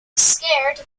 scared